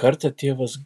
kartą tėvas